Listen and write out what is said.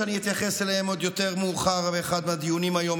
שאני אתייחס אליהם עוד יותר מאוחר באחד מהדיונים היום,